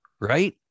Right